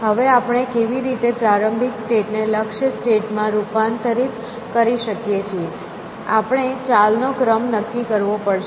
હવે આપણે કેવી રીતે પ્રારંભિક સ્ટેટ ને લક્ષ્ય સ્ટેટ માં રૂપાંતરિત કરી શકીએ છીએ આપણે ચાલ નો ક્રમ નક્કી કરવો પડશે